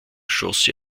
schoss